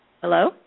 Hello